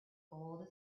gold